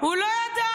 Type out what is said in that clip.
הוא לא ידע,